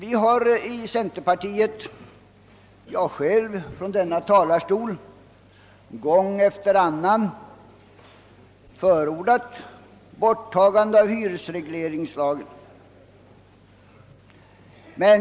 Inom centerpartiet har vi — jag har själv gjort det från denna talarstol — gång efter annan förordat ett upphävande av hyresregleringslagen.